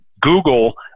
Google